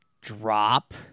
drop